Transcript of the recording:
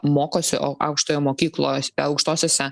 mokosi aukštąją mokyklos aukštosiose